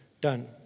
done